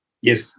Yes